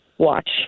watch